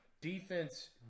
Defense